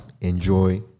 enjoy